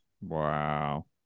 Wow